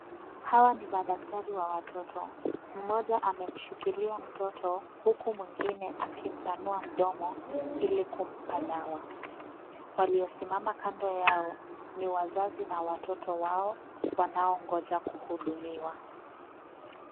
Hawa ni madaktari wa watoto, mmoja amemshikilia mtoto uku mwingine akimpanua mdomo ili kumpa dawa. Waliosimama kando yao ni wazazi na watoto wao wanaongoja kuhudumiwa.